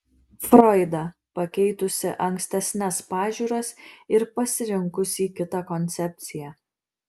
froidą pakeitusi ankstesnes pažiūras ir pasirinkusį kitą koncepciją